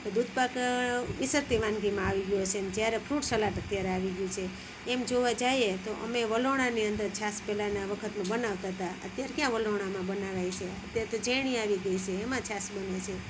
તો દૂધપાક વિસરાતી વાનગીમાં આવી ગયો છે એમ જ્યારે ફ્રૂટ સલાડ અત્યારે આવી ગયું છે એમ જોવા જઈએ તો અમે વલોણાની અંદર છાશ પહેલાંના વખતમાં બનાવતા હતા અત્યારે ક્યાં વલોણામાં બનાવાય છે અત્યારે તો ઝેરણી આવી ગઈ છે એમાં છાશ બને છે